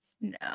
no